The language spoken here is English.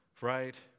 right